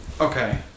Okay